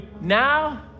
now